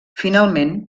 finalment